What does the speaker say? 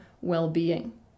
well-being